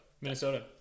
Minnesota